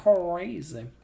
Crazy